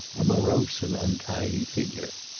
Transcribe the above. a morose and untidy figure.